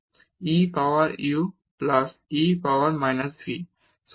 e power u plus e power minus v